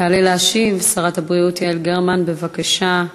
תעלה להשיב שרת הבריאות יעל גרמן, בבקשה.